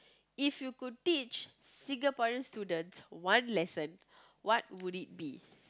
if you could teach Singaporean students one lesson what would it be